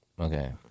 Okay